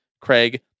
Craig